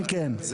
כן, כן.